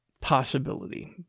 possibility